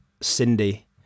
Cindy